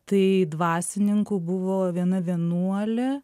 tai dvasininkų buvo viena vienuolė